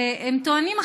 הם טוענים,